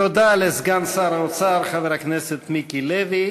תודה לסגן שר האוצר חבר הכנסת מיקי לוי.